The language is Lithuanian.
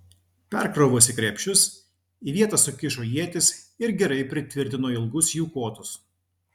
perkrovusi krepšius į vietas sukišo ietis ir gerai pritvirtino ilgus jų kotus